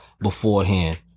beforehand